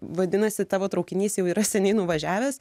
vadinasi tavo traukinys jau yra seniai nuvažiavęs